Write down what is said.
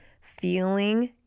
feeling